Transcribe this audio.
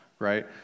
right